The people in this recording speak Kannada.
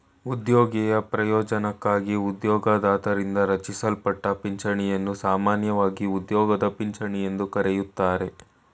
ಉದ್ಯೋಗಿಯ ಪ್ರಯೋಜ್ನಕ್ಕಾಗಿ ಉದ್ಯೋಗದಾತರಿಂದ ರಚಿಸಲ್ಪಟ್ಟ ಪಿಂಚಣಿಯನ್ನು ಸಾಮಾನ್ಯವಾಗಿ ಉದ್ಯೋಗದ ಪಿಂಚಣಿ ಎಂದು ಕರೆಯುತ್ತಾರೆ